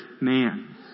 man